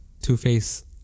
Two-Face